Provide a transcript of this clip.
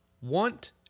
want